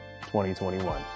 2021